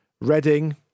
Reading